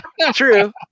True